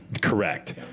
Correct